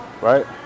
right